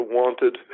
wanted